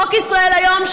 חוק ישראל היום,